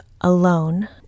Alone